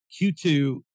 Q2